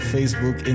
Facebook